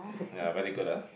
ya very good ah